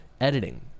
editing